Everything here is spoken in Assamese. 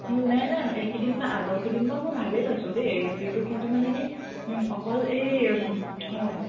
নাই নাই এইকেইদিন বা আগৰকেইদিন বাৰু মই ভালেই পাইছোঁ দেই এই গাখীৰটো কিন্তু মানে কি অকল এই অঁ